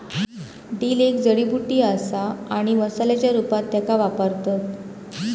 dill एक जडीबुटी असा आणि मसाल्याच्या रूपात त्येका वापरतत